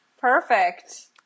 perfect